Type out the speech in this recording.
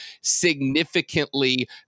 significantly